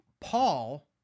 Paul